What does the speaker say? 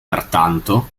pertanto